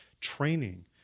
training